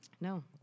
No